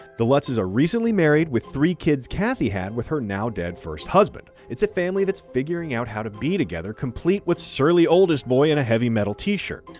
the lutz' are recently married, with three kids kathy had with her now-dead first husband. it's a family that's figuring out how to be together, complete with surly oldest boy in a heavy metal t-shirt.